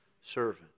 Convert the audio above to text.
servant